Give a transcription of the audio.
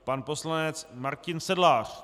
Pan poslanec Martin Sedlář.